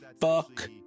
fuck